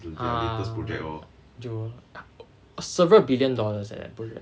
ah Jewel several billion dollars eh the project